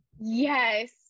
Yes